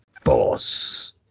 Force